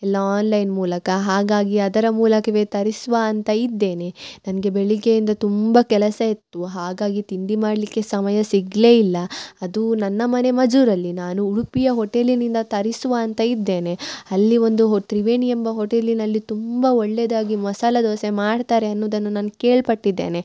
ಎಲ್ಲ ಆನ್ಲೈನ್ ಮೂಲಕ ಹಾಗಾಗಿ ಅದರ ಮೂಲಕವೆ ತರಿಸುವ ಅಂತ ಇದ್ದೇನೆ ನನಗೆ ಬೆಳಗ್ಗೆಯಿಂದ ತುಂಬ ಕೆಲಸ ಇತ್ತು ಹಾಗಾಗಿ ತಿಂಡಿ ಮಾಡಲಿಕ್ಕೆ ಸಮಯ ಸಿಗಲೇ ಇಲ್ಲ ಅದೂ ನನ್ನ ಮನೆ ಮಜೂರಲ್ಲಿ ನಾನು ಉಡುಪಿಯ ಹೊಟೇಲಿನಿಂದ ತರಿಸುವ ಅಂತ ಇದ್ದೇನೆ ಅಲ್ಲಿ ಒಂದು ಹೊ ತ್ರಿವೇಣಿ ಎಂಬ ಹೊಟೇಲಿನಲ್ಲಿ ತುಂಬ ಒಳ್ಳೆದಾಗಿ ಮಸಾಲ ದೋಸೆ ಮಾಡ್ತಾರೆ ಅನ್ನೋದನ್ನು ನಾನು ಕೇಳ್ಪಟ್ಟಿದ್ದೇನೆ